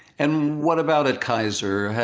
and what about at kaiser?